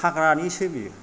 हाग्रानिसो बियो